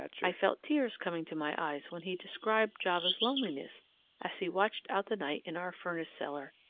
i felt tears coming to my eyes when he described java's loneliness as he watched out the night in our furnace cellar,